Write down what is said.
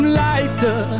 lighter